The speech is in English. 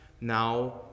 now